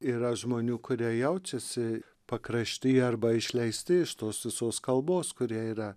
yra žmonių kurie jaučiasi pakrašty arba išleisti iš tos visos kalbos kurie yra